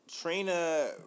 Trina